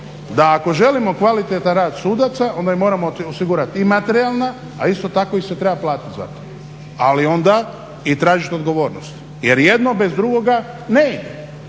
da ako želimo kvalitetan rad sudaca onda im moramo osigurati i materijalna, a isto tako ih se treba platiti za to, ali onda i tražiti odgovornost jer jedno bez drugoga ne ide.